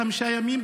חמישה ימים,